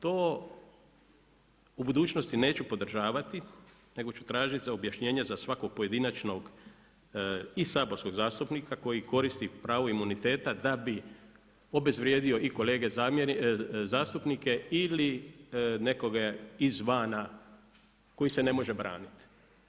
To u budućnosti neću podržavati, nego ću tražiti objašnjenje za svako pojedinačnog i saborskog zastupnika koji koristi pravo imuniteta da bi obezvrijedio i kolege zastupnika ili nekoga iz vana koji se ne može braniti.